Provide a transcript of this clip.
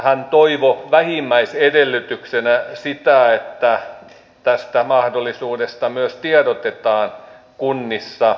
hän toivoi vähimmäisedellytyksenä sitä että tästä mahdollisuudesta myös tiedotetaan kunnissa